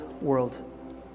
world